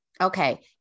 Okay